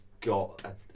got